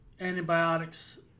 antibiotics